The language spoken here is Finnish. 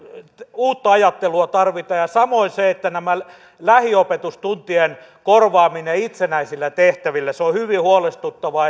uutta ajattelua tarvitaan samoin näiden lähiopetustuntien korvaaminen itsenäisillä tehtävillä on on hyvin huolestuttavaa